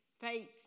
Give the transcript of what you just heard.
faith